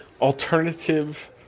alternative